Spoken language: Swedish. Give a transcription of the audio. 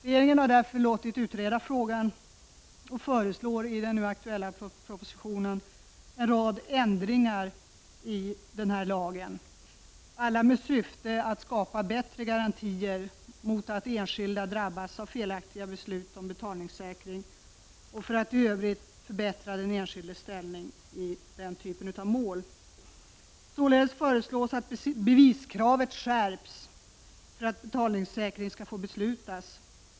Regeringen har därför låtit utreda frågan och föreslår i den nu aktuella propositionen en rad ändringar i denna lag, alla med syfte att skapa bättre garantier mot att enskilda drabbas av felaktiga beslut om betalningssäkring och för att i övrigt förbättra den enskildes ställning i den typen av mål. Således föreslås att beviskravet skärps för att betalningssäkring skall få beslutas.